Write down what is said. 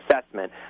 assessment